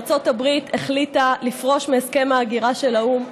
ארצות הברית החליטה לפרוש מהסכם ההגירה של האו"ם.